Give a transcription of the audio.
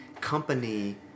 company